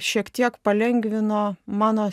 šiek tiek palengvino mano